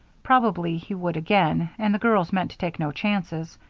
probably he would again, and the girls meant to take no chances.